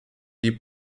die